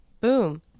Boom